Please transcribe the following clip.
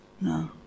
No